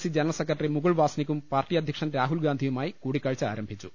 C general secretary Mukul വാസ്നിക്കും party അധ്യക്ഷൻ രാഹുൽ ഗാന്ധിയുമായി കൂടി ക്കാഴ്ച ആരംഭിച്ചു